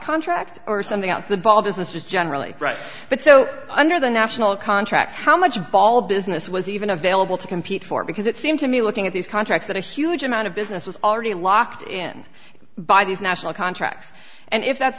contract or something out the ball business is generally right but so under the national contract how much ball business was even available to compete for it because it seemed to me looking at these contracts that a huge amount of business was already locked in by these national contracts and if that's